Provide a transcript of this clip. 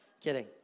Kidding